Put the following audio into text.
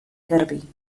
garbí